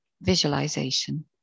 visualization